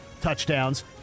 touchdowns